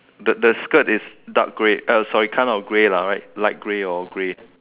the the skirt is dark grey uh sorry kind of grey lah right light grey or grey